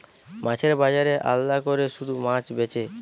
মাছের বাজারে আলাদা কোরে শুধু মাছ বেচে